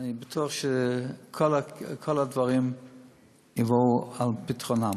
אני בטוח שכל הדברים יבואו על פתרונם.